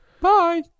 bye